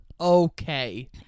okay